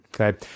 okay